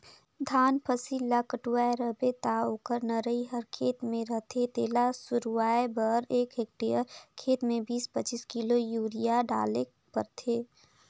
धान फसिल ल कटुवाए रहबे ता ओकर नरई हर खेते में रहथे तेला सरूवाए बर एक हेक्टेयर खेत में बीस पचीस किलो यूरिया डालेक परथे